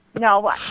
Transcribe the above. No